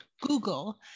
Google